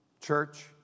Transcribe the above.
church